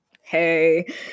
hey